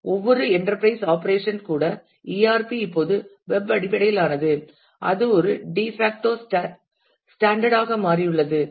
ஒவ்வொரு enterprise operation கூட ERP இப்போது வெப் அடிப்படையிலானது அது ஒரு டி பேக்டோ ஸ்டாண்டர்ட் ஆக மாறியுள்ளது